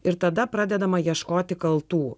ir tada pradedama ieškoti kaltų